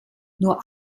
nur